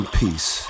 peace